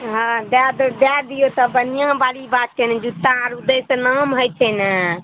हँ दऽ देब दै दिऔ बढ़िऑं बाला बात छै ने जूत्ता आर ओ दै सँ नाम होइ छै ने